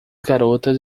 garotas